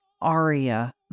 aria